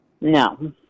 No